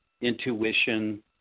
intuition